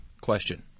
question